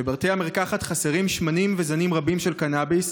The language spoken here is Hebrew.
בבתי המרקחת חסרים שמנים וזנים רבים של קנאביס,